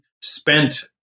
spent